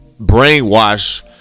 brainwash